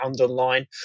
online